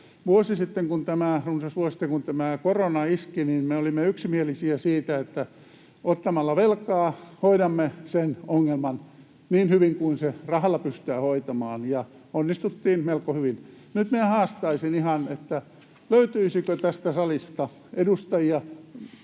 vuosi sitten, kun korona iski, me olimme yksimielisiä siitä, että ottamalla velkaa hoidamme sen ongelman niin hyvin kuin se rahalla pystytään hoitamaan, ja onnistuttiin melko hyvin. Nyt minä ihan haastaisin, että löytyisikö tästä salista edustajia